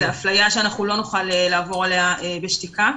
וזו אפליה שלא נוכל לעבור עליה בשתיקה.